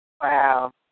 Wow